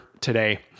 today